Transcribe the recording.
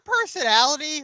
personality